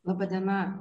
laba diena